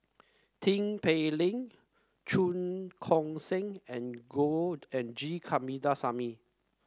Tin Pei Ling Cheong Koon Seng and go and G Kandasamy